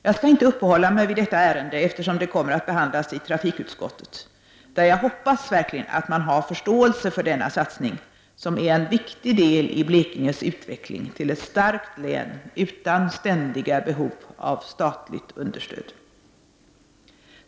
Jag skall inte uppehålla mig vid detta ärende, eftersom det kommer att behandlas i trafikutskottet. Jag hoppas verkligen att man där har förståelse för denna satsning, som är en viktig del i Blekinges utveckling till ett starkt län utan ständiga behov av statliga understöd.